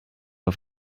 auf